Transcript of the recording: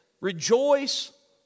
Rejoice